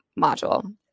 module